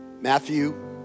Matthew